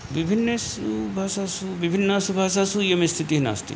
विभिन्नेषु भाषासु विभिन्नासु भाषासु इयं स्थितिः नास्ति